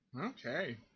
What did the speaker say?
Okay